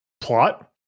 plot